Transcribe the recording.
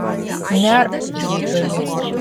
neark jei gali